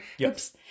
Oops